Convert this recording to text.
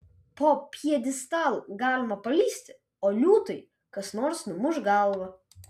po pjedestalu galima palįsti o liūtui kas nors numuš galvą